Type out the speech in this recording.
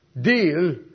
deal